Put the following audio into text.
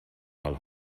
mal